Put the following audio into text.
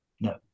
No